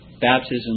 baptism